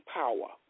power